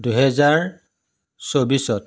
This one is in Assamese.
দুহেজাৰ চৌবিছত